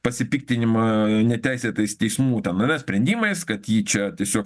pasipiktinimą neteisėtais teismų ten yra sprendimais kad tyčia tiesiog